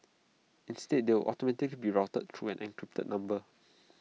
instead they will automatically be routed through an encrypted number